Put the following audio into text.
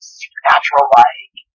supernatural-like